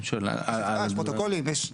יש הצבעה, יש פרוטוקולים.